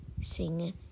sing